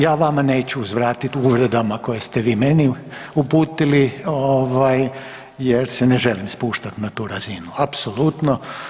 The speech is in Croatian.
Ja vama neću uzvratiti uvredama koje ste vi meni uputili ovaj jer se ne želim spuštati na tu razinu, apsolutno.